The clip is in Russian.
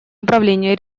управление